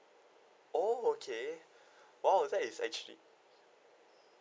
oh okay !wow! that is actually